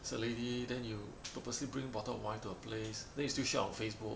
it's a lady then you purposely bring bottle of wine to her place then you still share on Facebook